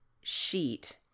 sheet